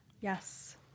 Yes